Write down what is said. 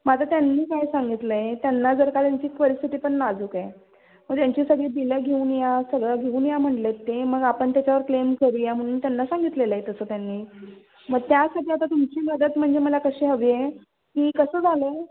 मग आता त्यांनी काय सांगितलं आहे त्यांना जर का त्यांची परिस्थिती पण नाजूक आहे मग त्यांची सगळी बिलं घेऊन या सगळं घेऊन या म्हणालेत ते मग आपण त्याच्यावर क्लेम करूया म्हणून त्यांना सांगितलेलं आहे तसं त्यांनी मग त्यासाठी आता तुमची मदत म्हणजे मला कशी हवी आहे की कसं झालं आहे